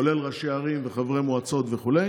כולל ראשי ערים וחברי מועצות וכו'.